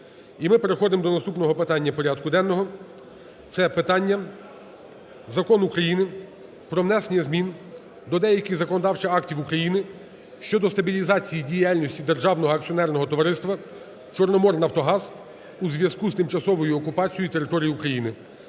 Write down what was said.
І ми переходимо до наступного питання порядку денного, це питання – Закон України "Про внесення змін до деяких законодавчих актів України щодо стабілізації діяльності Державного акціонерного товариства "Чорноморнафтогаз" у зв'язку з тимчасовою окупацією території України"